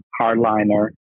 hardliner